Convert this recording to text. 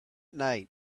night